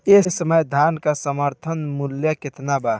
एह समय धान क समर्थन मूल्य केतना बा?